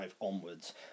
onwards